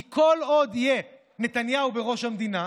כי כל עוד יהיה נתניהו בראש המדינה,